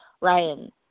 Ryan